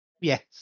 Yes